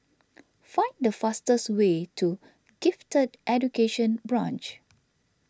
find the fastest way to Gifted Education Branch